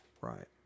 Right